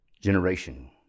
generation